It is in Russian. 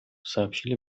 сообщили